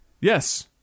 Yes